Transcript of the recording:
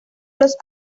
los